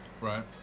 right